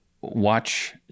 watch